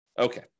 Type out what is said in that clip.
Okay